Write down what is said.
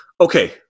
okay